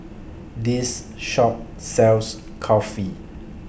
This Shop sells Kulfi